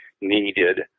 needed